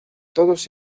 todos